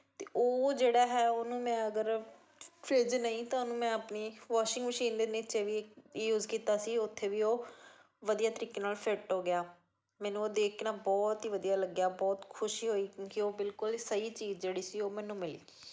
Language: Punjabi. ਅਤੇ ਉਹ ਜਿਹੜਾ ਹੈ ਉਹਨੂੰ ਮੈਂ ਅਗਰ ਫਰਿਜ ਨਹੀਂ ਤਾਂ ਉਹਨੂੰ ਮੈਂ ਆਪਣੀ ਵਾਸ਼ਿੰਗ ਮਸ਼ੀਨ ਦੇ ਨੀਚੇ ਵੀ ਯੂਜ਼ ਕੀਤਾ ਸੀ ਉੱਥੇ ਵੀ ਉਹ ਵਧੀਆ ਤਰੀਕੇ ਨਾਲ ਫਿੱਟ ਹੋ ਗਿਆ ਮੈਨੂੰ ਉਹ ਦੇਖ ਕੇ ਨਾ ਬਹੁਤ ਹੀ ਵਧੀਆ ਲੱਗਿਆ ਬਹੁਤ ਖੁਸ਼ੀ ਹੋਈ ਕਿਉਂਕਿ ਉਹ ਬਿਲਕੁਲ ਹੀ ਸਹੀ ਚੀਜ਼ ਜਿਹੜੀ ਸੀ ਉਹ ਮੈਨੂੰ ਮਿਲ ਗਈ